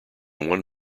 one